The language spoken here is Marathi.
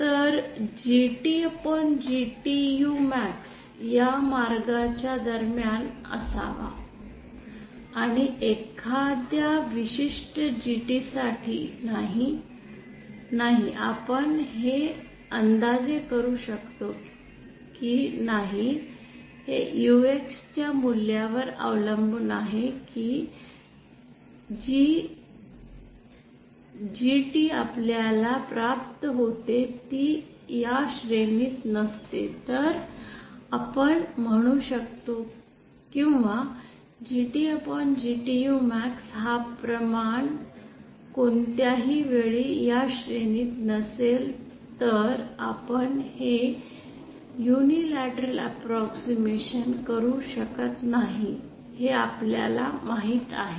तर GTGTUmax या मार्गाच्या दरम्यान असावा आणि एखाद्या विशिष्ट GT साठी नाही नाही आपण हे अंदाजे करू शकतो की नाही हे UX च्या मूल्यावर अवलंबून आहे की जी GT आपल्याला प्राप्त होते ती या श्रेणीत नसते तर आपण म्हणू शकतो किंवा GTGTUmax हा प्रमाण कोणत्याही वेळी या श्रेणीत नसेल तर आपण हे युनिलॅटरल अँप्रॉक्सिमशन करू शकत नाही हे आपल्याला माहित आहे